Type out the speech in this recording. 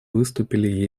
выступили